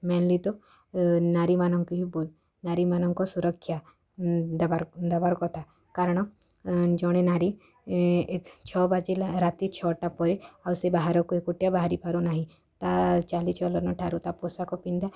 mainly ତ ଏ ନାରୀମାନଙ୍କୁ ହି ନାରୀମାନଙ୍କ ସୁରକ୍ଷା ଉଁ ଦେବାର ଦେବାର କଥା କାରଣ ଏଁ ଜଣେ ନାରୀ ଏଁ ଏକ ଛଅ ବାଜିଲା ରାତି ଛଅଟା ପରେ ଆଉ ସେ ବାହାରକୁ ଏକୁଟିଆ ବାହାରି ପାରୁନାହିଁ ତା' ଚାଲିଚଳନ ଠାରୁ ତା' ପୋଷାକ ପିନ୍ଧା